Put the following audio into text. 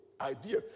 idea